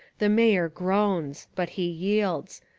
the mayor groans. but he yields.